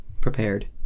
prepared